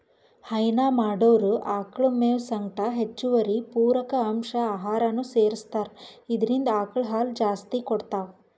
ಹೈನಾ ಮಾಡೊರ್ ಆಕಳ್ ಮೇವ್ ಸಂಗಟ್ ಹೆಚ್ಚುವರಿ ಪೂರಕ ಅಂಶ್ ಆಹಾರನೂ ಸೆರಸ್ತಾರ್ ಇದ್ರಿಂದ್ ಆಕಳ್ ಹಾಲ್ ಜಾಸ್ತಿ ಕೊಡ್ತಾವ್